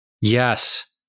Yes